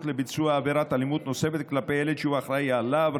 לביצוע עבירת אלימות נוספת כלפי ילד שהוא אחראי לו,